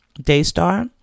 Daystar